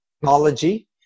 technology